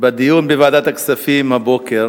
בדיון בוועדת הכספים הבוקר